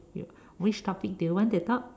you which topic do you want to talk